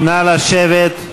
נא לשבת.